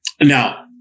Now